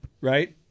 right